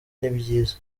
n’ibyiza